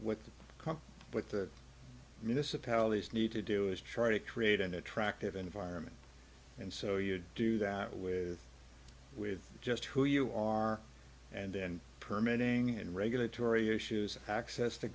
with the municipalities need to do is try to create an attractive environment and so you do that with with just who you are and then permitting and regulatory issues access the